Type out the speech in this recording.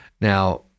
Now